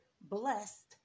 blessed